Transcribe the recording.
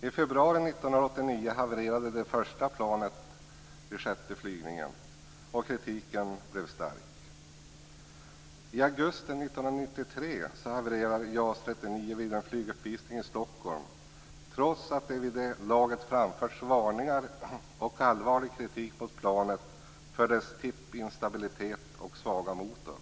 I februari 1989 havererade det första planet vid den sjätte flygningen och kritiken blev stark. I augusti 1993 havererade JAS 39 vid en flyguppvisning i Stockholm trots att det vid det laget hade framförts varningar och allvarlig kritik mot planet för dess tippinstabilitet och svaga motor.